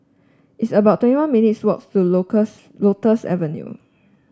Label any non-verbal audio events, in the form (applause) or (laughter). it's about twenty one minutes' walks to (unintelligible) Lotus Avenue